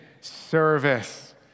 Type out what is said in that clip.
service